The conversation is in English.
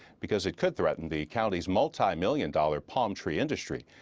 because it could threaten the counties's multimillion-dollar palm tree industry.